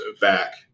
back